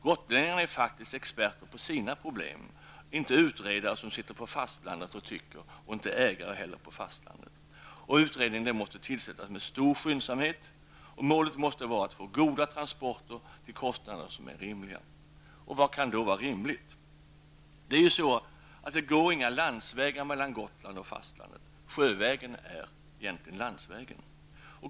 Gotlänningarna är faktiskt experter på sina problem, inte utredare som sitter på fastlandet och tycker, inte heller ägare på fastlandet. Utredningen måste tillsättas med stor skyndsamhet. Målet måste vara att få goda transporter till kostnader som är rimliga. Vad kan då vara rimligt? Det går inga landsvägar mellan Gotland och fastlandet. Sjövägen är egentligen landsvägen.